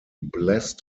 blessed